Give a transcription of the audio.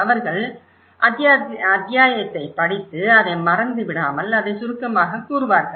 அவர்கள் அத்தியாயத்தைப் படித்து அதை மறந்துவிடாமல் அதைச் சுருக்கமாகக் கூறுவார்கள்